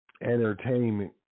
entertainment